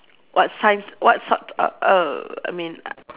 what si~ what sort err err I mean uh